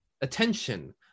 attention